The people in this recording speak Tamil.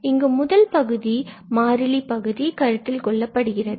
இங்கு முதல் பகுதி மாறிலி பகுதி கருத்தில் கொள்ளப்படுகிறது